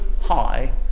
high